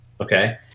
okay